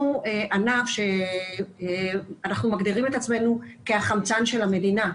אנחנו ענף שאנחנו מגדירים את עצמנו כחמצן של המדינה,